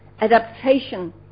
adaptation